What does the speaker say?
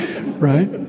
Right